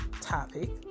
topic